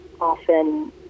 often